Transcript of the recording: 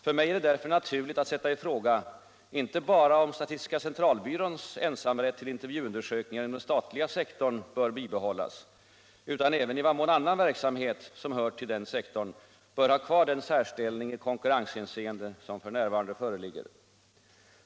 För mig är det därför naturligt att sätta i fråga inte bara om statistiska centralbyråns ensamrätt till intervjuundersökningar inom den statliga sektorn bör bibehållas, utan även i vad mån annan verksamhet som hör till denna sektor bör ha kvar den särställning i konkurrenshänseende som f. n. föreligger.